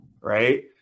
right